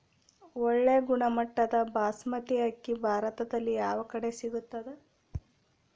ಒಳ್ಳೆ ಗುಣಮಟ್ಟದ ಬಾಸ್ಮತಿ ಅಕ್ಕಿ ಭಾರತದಲ್ಲಿ ಯಾವ ಕಡೆ ಸಿಗುತ್ತದೆ?